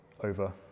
over